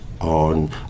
on